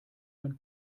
man